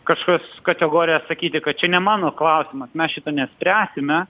kažkokias kategorijas sakyti kad čia ne mano klausimas mes šito nespręsime